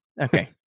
Okay